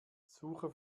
suche